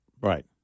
right